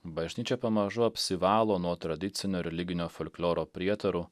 bažnyčia pamažu apsivalo nuo tradicinio religinio folkloro prietarų